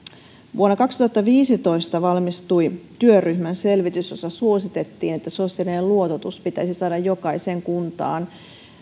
vuonna kaksituhattaviisitoista valmistui työryhmän selvitys jossa suositettiin että sosiaalinen luototus pitäisi saada jokaiseen kuntaan